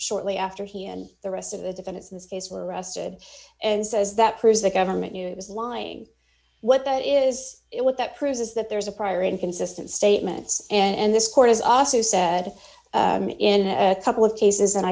shortly after he and the rest of the defendants in this case were arrested and says that proves the government knew it was lying what that is it what that proves is that there is a prior inconsistent statements and this court has also said in a couple of cases and